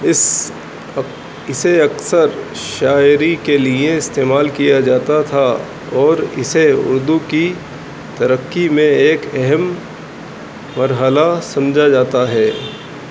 اس اسے اکثر شاعری کے لیے استعمال کیا جاتا تھا اور اسے اردو کی ترقی میں ایک اہم مرحلہ سمجھا جاتا ہے